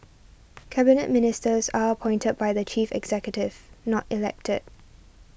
Cabinet Ministers are appointed by the chief executive not elected